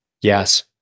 Yes